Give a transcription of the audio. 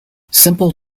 simple